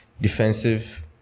defensive